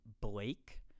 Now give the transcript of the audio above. Blake